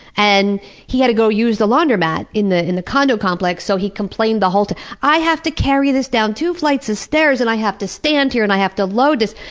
and he had to go use the laundromat in the in the condo complex, so he complained the whole time i have to carry this down two flights of stairs and i have to stand here and i have to load this,